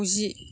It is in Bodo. माउजि